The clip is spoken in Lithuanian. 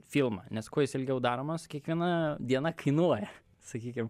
filmą nes kuo jis ilgiau daromas kiekviena diena kainuoja sakykim